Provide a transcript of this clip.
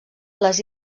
les